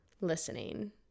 listening